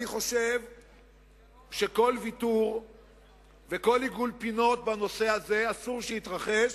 אני חושב שכל ויתור וכל עיגול פינות בנושא הזה אסור שיתרחש,